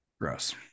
gross